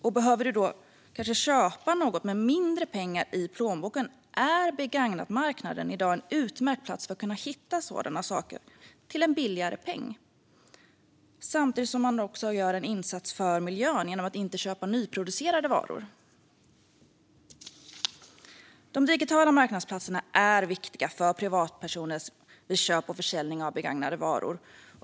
Och för den som behöver köpa något med mindre pengar i plånboken är begagnatmarknaden i dag en utmärkt plats att hitta saker till en billigare peng, samtidigt som man gör en insats för miljön genom att inte köpa nyproducerade varor. De digitala marknadsplatserna är viktiga för privatpersoner vid köp och försäljning av begagnade varor.